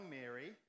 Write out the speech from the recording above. Mary